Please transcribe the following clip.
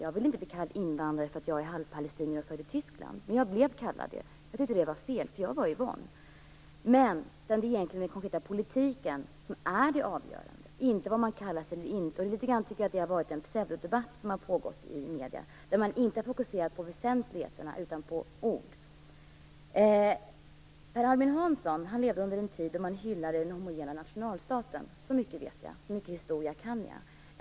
Jag ville inte bli kallad för invandrare därför att jag är halvpalestinier och född i Tyskland, men det blev jag. Jag tyckte att det var fel, för jag var Yvonne. Det är den konkreta politiken som är avgörande, inte vad man kallas eller inte. Jag tycker att det litet grand har pågått en pseudodebatt i medierna, där man inte har fokuserat på väsentligheterna utan på ord. Per Albin Hansson levde under en tid då man hyllade den homogena nationalstaten. Så mycket vet jag och så mycket historia kan jag.